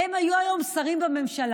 "הם היו היום שרים בממשלה".